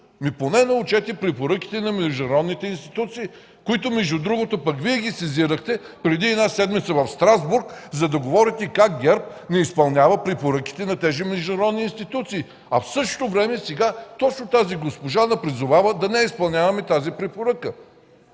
Поне научете препоръките на международните институции, които, между другото, пък Вие ги сезирахте преди една седмица в Страсбург, за да говорите как ГЕРБ не изпълнява препоръките на тези международни институции. В същото време сега точно тази госпожа ни призовава да не изпълняваме тази препоръка.